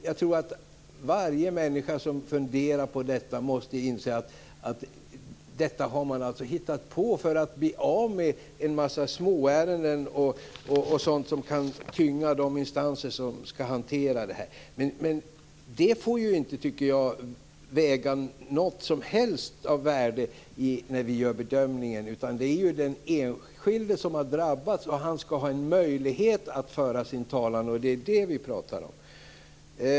Jag tror att varenda en som funderar på detta inser att det här har man hittat på för att bli av med en mängd småärenden och annat som kan tynga de instanser som har att hantera dessa saker. Det får dock inte, tycker jag, vara av något som helst värde när vi gör vår bedömning. Det är ju den enskilde som har drabbats, och han skall ha en möjlighet att föra sin talan. Det är detta som vi talar om.